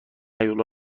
هیولا